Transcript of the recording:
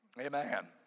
Amen